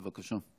בבקשה.